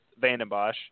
VandenBosch